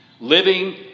Living